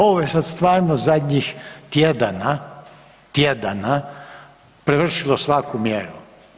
Ovo je sad stvarno zadnjih tjedana, tjedana, prevršilo svaku mjeru.